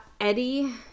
eddie